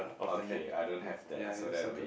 okay I don't have that so that will be